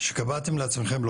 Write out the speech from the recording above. שקבעתם לעצמכם?